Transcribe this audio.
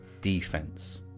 defense